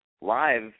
Live